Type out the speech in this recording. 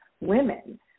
women